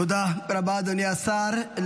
תודה רבה, אדוני השר.